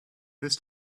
this